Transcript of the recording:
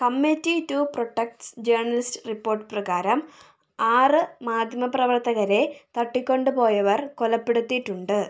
committee to protects journalist report പ്രകാരം ആറ് മാധ്യമപ്രവർത്തകരെ തട്ടിക്കൊണ്ടു പോയവർ കൊലപ്പെടുത്തിയിട്ടുണ്ട്